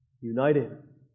united